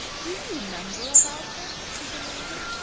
do you remember about him? she demanded.